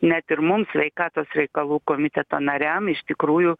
net ir mums sveikatos reikalų komiteto nariam iš tikrųjų